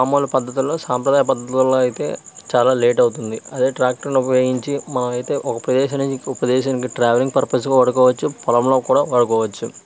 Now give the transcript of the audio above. మామూలు పద్ధతులలో సాంప్రదాయ పద్ధతులలో అయితే చాలా లేట్ అవుతుంది అదే ట్రాక్టర్ను ఉపయోగించి మనం అయితే ఒక ప్రదేశం నుంచి ఇంకో ప్రదేశానికి ట్రావెలింగ్ పర్పస్గా వాడుకోవచ్చు పొలంలో కూడా వాడుకోవచ్చు